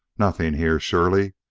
nothing here, surely,